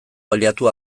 baliatu